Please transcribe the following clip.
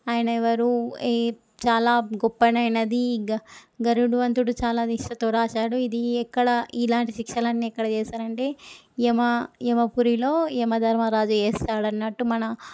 ఆయన ఎవరు ఈ చాలా గొప్పదైనది గ గరుడువంతుడు చాలా దీక్షతో వ్రాసాడు ఇది ఎక్కడ ఇలాంటి శిక్షలన్నీ ఎక్కడ చేస్తారంటే యమ యమపురిలో యమదర్మరాజు చేస్తాడు అన్నట్టు మన